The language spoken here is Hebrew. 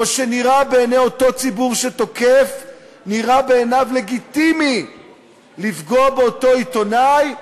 או שבעיני אותו ציבור שתוקף נראה לגיטימי לפגוע באותו עיתונאי,